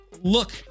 look